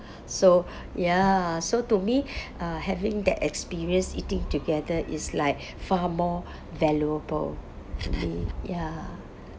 so ya so to me uh having that experience eating together ti's like far more valuable ya